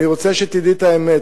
ואני רוצה שתדעי את האמת.